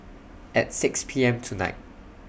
At six P M tonight